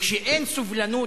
כשאין סובלנות,